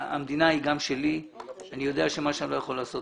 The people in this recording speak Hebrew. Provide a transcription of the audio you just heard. המדינה היא גם שלי ואני יודע שמה שאני לא יכול לעשות,